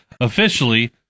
officially